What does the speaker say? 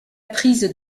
prise